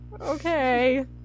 Okay